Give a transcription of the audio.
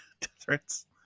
threats